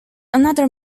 another